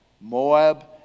Moab